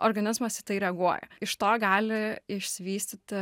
organizmas į tai reaguoja iš to gali išsivystyti